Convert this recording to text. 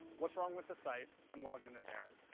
what's wrong with the site? i'm logged in as aaron.